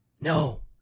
No